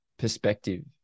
Perspective